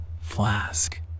flask